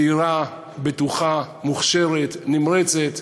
ציבורית, ועוד שורה של דברים.